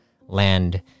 land